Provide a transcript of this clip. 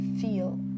feel